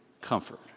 comfort